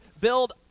build